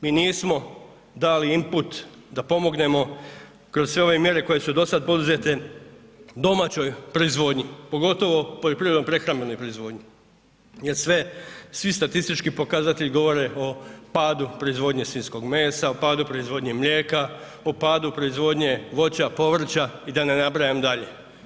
Mi nismo dali imput da pomognemo kroz sve ove mjere koje su do sada poduzete domaćoj proizvodnji, pogotovo poljoprivredno prehrambenoj proizvodnji jel svi statistički pokazatelji govore o padu proizvodnje svinjskog mesa, o padu proizvodnje mlijeka, o padu proizvodnje voća, povrća i da ne nabrajam dalje.